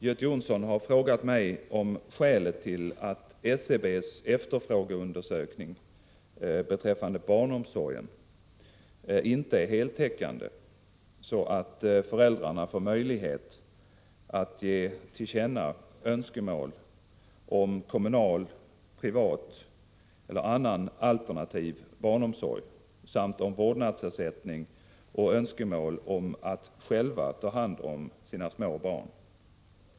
Göte Jonsson har frågat mig om skälet till att SCB:s efterfrågeundersökning beträffande barnomsorgen inte är heltäckande så att föräldrarna får möjlighet att ge till känna sina önskemål om kommunal, privat och annan, alternativ barnomsorg samt om vårdnadsersättning och önskemål om att själva ta hand om sina små barn.